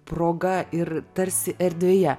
proga ir tarsi erdvėje